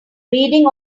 reading